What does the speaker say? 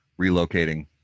relocating